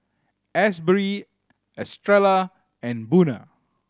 Asbury Estrella and Buna